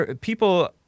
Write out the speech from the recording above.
people